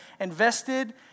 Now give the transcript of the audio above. invested